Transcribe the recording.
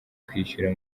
kwishyura